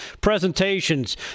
presentations